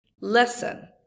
lesson